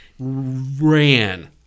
Ran